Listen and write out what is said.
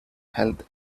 health